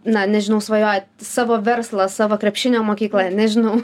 na nežinau svajojat savo verslą savo krepšinio mokyklą nežinau